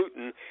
Putin